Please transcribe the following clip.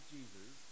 Jesus